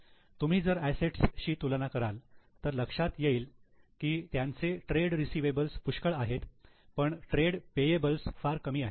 तुम्ही जर असेट्स शी तुलना कराल तर लक्षात येईल की त्यांचे ट्रेड रिसिवेबल्स पुष्कळ आहेत पण ट्रेड पेयेबल्स फार कमी आहेत